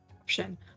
Option